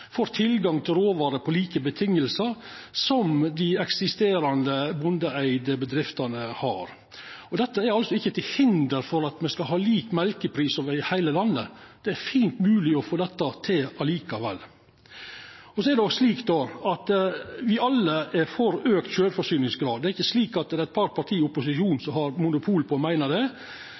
får tilgang på råvarer på same vilkår som dei eksisterande bondeeigde bedriftene har. Dette er ikkje til hinder for å ha lik mjølkepris over heile landet. Det er fint mogleg å få dette til likevel. Det er òg slik at me alle er for auka sjølvforsyningsgrad, det er ikkje slik at det er eit par parti i opposisjonen som har monopol på å meina det.